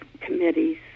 committees